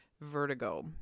vertigo